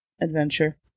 adventure